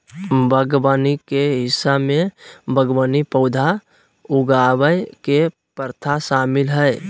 बागवानी के हिस्सा में बागवानी पौधा उगावय के प्रथा शामिल हइ